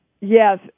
yes